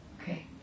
Okay